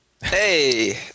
Hey